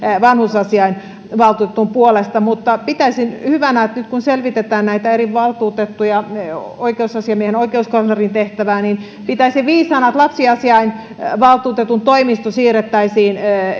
vanhusasiainvaltuutetun puolesta mutta pitäisin hyvänä että nyt kun selvitetään näitä eri valtuutettuja oikeusasiamiehen ja oikeuskanslerin tehtävää niin pitäisin viisaana että lapsiasiainvaltuutetun toimisto siirrettäisiin